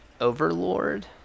overlord